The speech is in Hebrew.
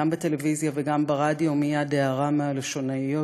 גם בטלוויזיה וגם ברדיו מייד הערה מן הלשונאיות,